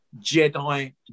Jedi